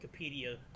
Wikipedia